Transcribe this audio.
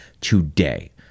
today